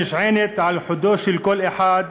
אשר נשענת על חודו של קול אחד,